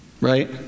Right